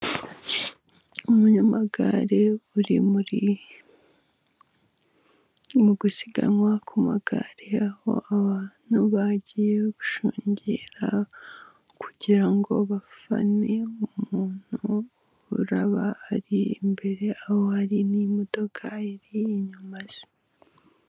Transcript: Umunyamagare uri muri, mu gusiganwa ku magare, aho abantu bagiye gushungera kugira ngo bafane umuntu uraba ari imbere, aho ari n'imodoka iri inyuma ye.